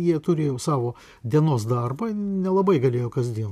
jie turėjo savo dienos darbą nelabai galėjo kasdien